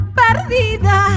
perdida